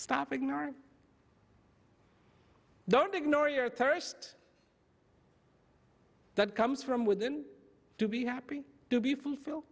stop ignoring don't ignore your thirst that comes from within to be happy to be fulfilled